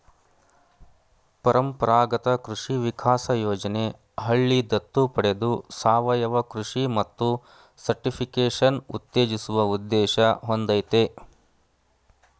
ಪರಂಪರಾಗತ ಕೃಷಿ ವಿಕಾಸ ಯೋಜನೆ ಹಳ್ಳಿ ದತ್ತು ಪಡೆದು ಸಾವಯವ ಕೃಷಿ ಮತ್ತು ಸರ್ಟಿಫಿಕೇಷನ್ ಉತ್ತೇಜಿಸುವ ಉದ್ದೇಶ ಹೊಂದಯ್ತೆ